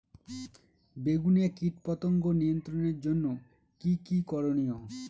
বেগুনে কীটপতঙ্গ নিয়ন্ত্রণের জন্য কি কী করনীয়?